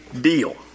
deal